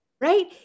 right